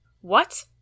What